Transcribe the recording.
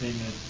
Amen